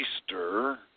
Easter